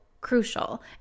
crucial